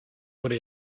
wurde